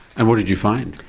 and what did you find?